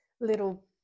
little